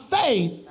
faith